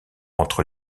entre